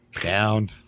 Down